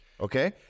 Okay